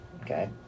Okay